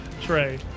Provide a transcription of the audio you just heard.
Trey